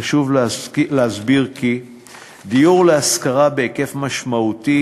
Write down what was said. חשוב להסביר כי דיור להשכרה בהיקף משמעותי